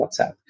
WhatsApp